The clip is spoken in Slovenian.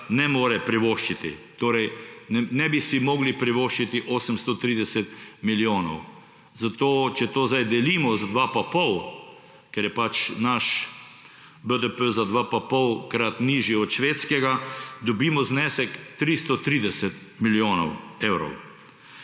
ne more privoščiti. Torej si ne bi mogli privoščiti 830 milijonov. Zato, če to zdaj delimo z 2,5, ker je naš BDP za 2,5-krat nižji od Švedskega, dobimo znesek 330 milijonov evrov,